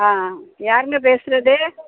ஆ யாருங்க பேசுறது